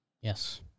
Yes